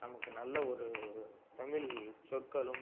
நமக்கு நல்ல ஒரு தமிழ் சொற்களும்